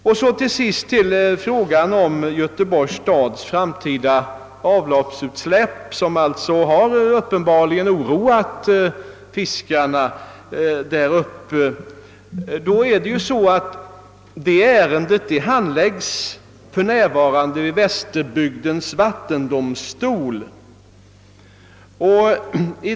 Vad till sist beträffar frågan om Göteborgs stads framtida avloppsutsläpp, som uppenbarligen har oroat fiskarena i trakten, handläggs detta ärende för närvarande i Västerbygdens vattendomstol.